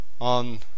on